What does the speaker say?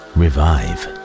revive